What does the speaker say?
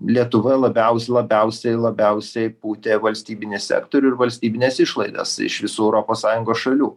lietuva labiausiai labiausiai labiausiai pūtė valstybinį sektorių ir valstybines išlaidas iš visų europos sąjungos šalių